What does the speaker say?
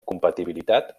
compatibilitat